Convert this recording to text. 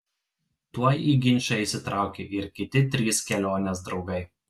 tuoj į ginčą įsitraukė ir kiti trys kelionės draugai